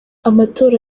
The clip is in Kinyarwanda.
amatora